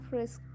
risk